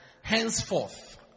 Henceforth